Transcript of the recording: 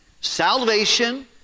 salvation